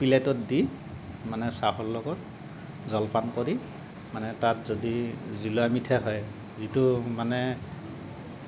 প্লেটত দি মানে চাহৰ লগত জলপান কৰি মানে তাত যদি জুলীয়া মিঠাই হয় যিটো মানে